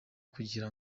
kugira